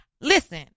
Listen